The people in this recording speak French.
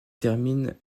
termine